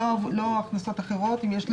של המשרת ושל